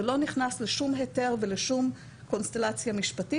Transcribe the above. זה לא נכנס לשום היתר ולשום קונסטלציה משפטית,